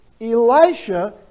Elisha